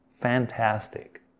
fantastic